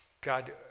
God